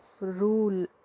rule